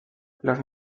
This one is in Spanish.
los